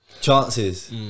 chances